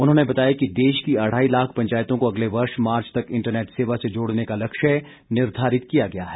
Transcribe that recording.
उन्होंने बताया कि देश की अढ़ाई लाख पंचायतों को अगले वर्ष मार्च तक इंटरनेट सेवा से जोड़ने का लक्ष्य निर्धारित किया गया है